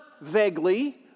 vaguely